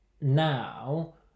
now